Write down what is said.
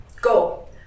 Go